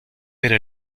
pero